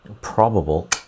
probable